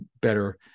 better